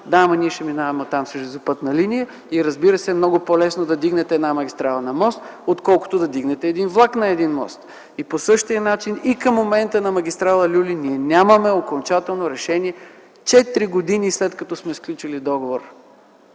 „Да, но ние ще минаваме оттам с железопътна линия”. Разбира се, е много по-лесно да вдигнете една магистрала на мост, отколкото да вдигнете един влак на мост. По същия начин и към момента на магистрала „Люлин” нямаме окончателно решение – 4 години след като сме сключили договора.